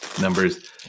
numbers